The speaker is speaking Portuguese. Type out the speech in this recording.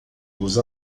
dos